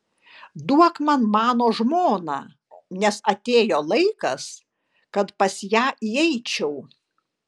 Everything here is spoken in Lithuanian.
duok man mano žmoną nes atėjo laikas kad pas ją įeičiau